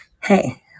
Hey